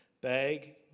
bag